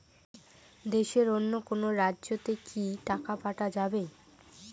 দেশের অন্য কোনো রাজ্য তে কি টাকা পাঠা যাবে?